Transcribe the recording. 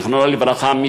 זיכרונו לברכה,